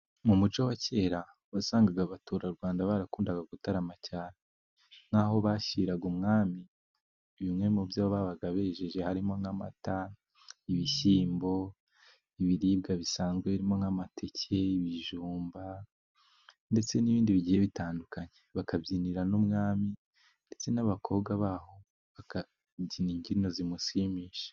Mu muco wa kera，wasangaga abaturarwanda barakundaga gutarama cyane. Nk'aho bashyiraga umwami， bimwe mu byo babaga bejeje harimo nk'amata， ibishyimbo， ibiribwa bisanzwe birimo nk'amateke， ibijumba， ndetse n'ibindi bigiye bitandukanye. Bakabyinira n'umwami，ndetse n'abakobwa baho， bakabyina imbyino zimushimisha.